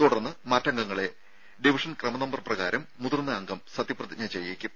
തുടർന്ന് മറ്റ് അംഗങ്ങളെ ഡിവിഷൻ ക്രമനമ്പർ പ്രകാരം മുതിർന്ന അംഗം സത്യപ്രതിജ്ഞ ചെയ്യിക്കും